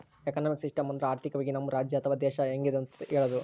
economic system ಅಂದ್ರ ಆರ್ಥಿಕವಾಗಿ ನಮ್ ರಾಜ್ಯ ಅಥವಾ ದೇಶ ಹೆಂಗಿದೆ ಅಂತ ಹೇಳೋದು